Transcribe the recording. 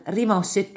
rimosse